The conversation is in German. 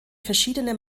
verschiedene